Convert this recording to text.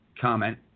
comment